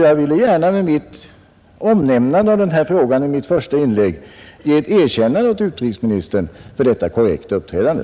Jag ville gärna med mitt omnämnande av denna fråga i mitt första inlägg ge ett erkännande åt utrikesministern för detta korrekta uppträdande.